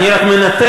אני רק מנתח,